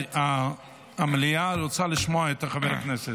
רבותיי, המליאה רוצה לשמוע את חבר הכנסת.